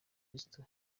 yesu